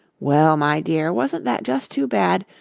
well, my dear, wasn't that just too bad?